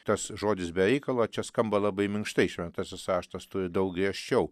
tas žodis be reikalo čia skamba labai minkštai šventasis raštas turi daug griežčiau